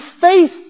faith